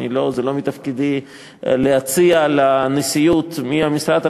לא מתפקידי להציע לנשיאות מי המשרד הרלוונטי,